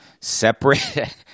separate